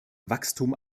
wachstum